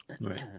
right